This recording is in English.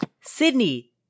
Sydney